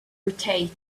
rotate